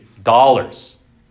dollars